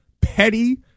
petty –